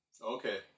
Okay